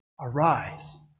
Arise